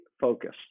focused